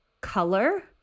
color